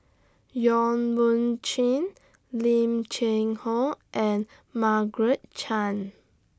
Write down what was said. Yong Mun Chee Lim Cheng Hoe and Margaret Chan